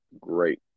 Great